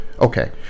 Okay